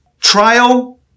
trial